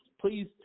Please